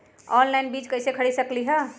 Online बीज कईसे खरीद सकली ह?